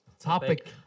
Topic